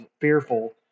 fearful –